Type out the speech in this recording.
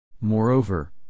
Moreover